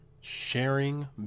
sharing